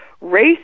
race